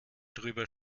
drüber